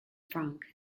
franck